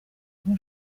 kuba